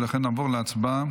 ולכן נעבור להצבעה.